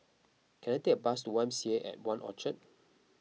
can I take a bus to Y M C A at one Orchard